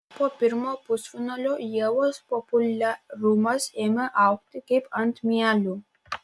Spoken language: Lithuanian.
po pirmojo pusfinalio ievos populiarumas ėmė augti kaip ant mielių